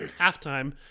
halftime